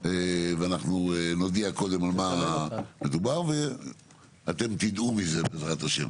ואנחנו נודיע קודם על מה מדובר ואתם תדעו מזה בעזרת ה'.